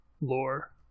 lore